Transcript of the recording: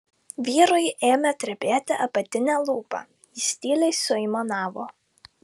vyrui ėmė drebėti apatinė lūpa jis tyliai suaimanavo